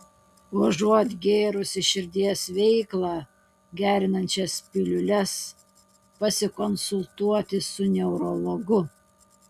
užuot gėrusi širdies veiklą gerinančias piliules pasikonsultuoti su neurologu